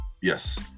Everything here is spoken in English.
Yes